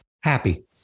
Happy